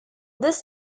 this